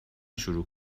شروع